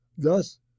Thus